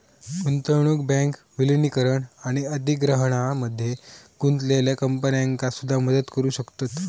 गुंतवणूक बँक विलीनीकरण आणि अधिग्रहणामध्ये गुंतलेल्या कंपन्यांका सुद्धा मदत करू शकतत